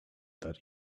that